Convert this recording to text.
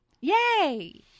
Yay